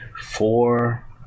four